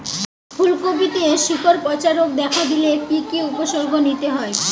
ফুলকপিতে শিকড় পচা রোগ দেখা দিলে কি কি উপসর্গ নিতে হয়?